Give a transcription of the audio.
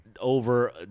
Over